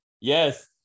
Yes